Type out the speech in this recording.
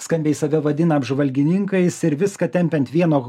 skambiai save vadina apžvalgininkais ir viską tempia ant vieno